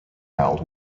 held